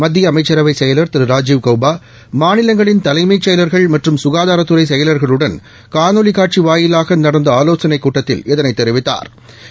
மத்திய அமைச்சரவை செயலர் திரு ராஜீவ் கௌபா மாநிலங்களின் தலைமைச் செயலர்கள் மற்றும் ககாதாரத்துறை செயலாகளுடன் காணொலி காட்சி வாயிலாக ஆலோசனை நடத்தி பேசுகையில் இதனைத் தெரிவித்தாா்